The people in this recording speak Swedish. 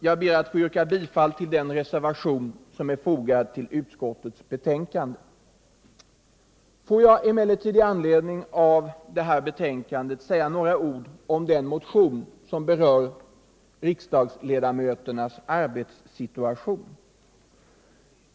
Jag ber att få yrka bifall till den reservation som är fogad vid utskottets betänkande. Låt mig med anledning av detta betänkande också säga några ord om den motion som berör riksdagsledamöternas arbetssituation.